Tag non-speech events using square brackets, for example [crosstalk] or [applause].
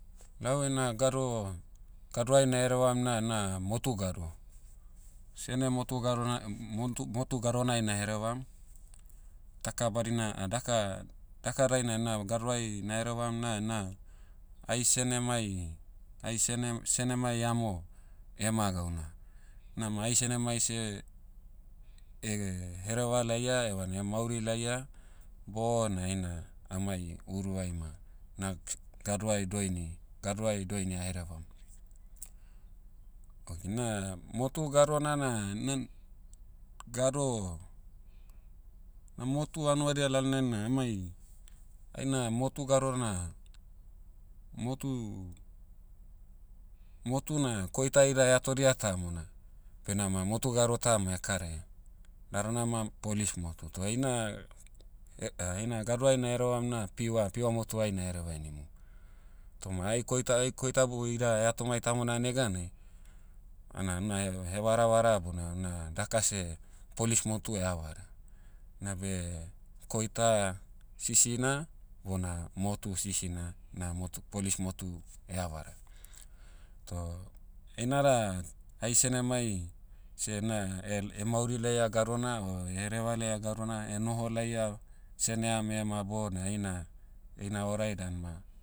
Lau ena gado, gadoai naherevam na na motu gado. Sene motu gadona- motu- motu gadonai na herevam. Daka badina [hesitation] daka- daka dainai na gadoai na'herevam na na, ai senemai, ai sene- senemai amo, ema gauna. Nama ai senemai seh, eh, hereva laia evana emauri laia, bona heina, amai uruai ma, na [noise] gadoai doini- gadoai doini aherevam. Okay na, motu gadona na, na- gado, na motu hanuadia lalnai na amai, aina motu gado na, motu, motu na koita ida eatodia tamona, benama motu gado tama [hesitation] karaia. Ladana ma polis motu toh heina, he- [hesitation] heina gadoai na'herevam na pure- pure motu'ai na hereva henimum. Toma ai koita- ai koitabu ida eatomai tamona neganai, ana una he- hevaravara bona una dakase, polis motu ehavara. Nabe, koita sisina, bona motu sisina, na motu- polis motu ehavara. Toh, einada, ai senemai, seh na, el- emauri laia gadona o [hesitation] hereva laia gadona [hesitation] noho laia, seneam ema bona heina- heina horai dan ma,